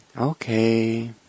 okay